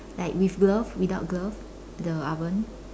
like with glove without glove the oven